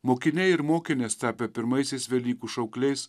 mokiniai ir mokinės tapę pirmaisiais velykų šaukliais